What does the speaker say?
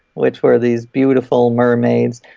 which were these beautiful mermaids,